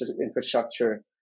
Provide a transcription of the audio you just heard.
infrastructure